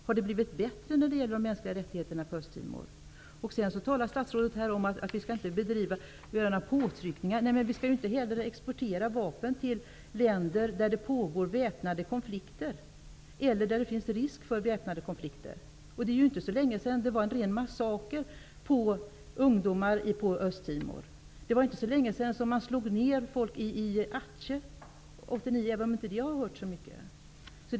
Har det blivit bättre när det gäller de mänskliga rättigheterna på Östtimor? Statsrådet talar om att vi inte skall göra några påtryckningar. Nej, men vi skall inte heller exportera vapen till länder där det pågår väpnade konflikter eller där det finns risk för väpnade konflikter! Det är inte så länge sedan det var en ren massaker på ungdomar på Östtimor. Det var inte så länge sedan man slog ned folk i Atjeh -- 1989 -- även om det inte har hörts så mycket om det.